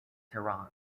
taran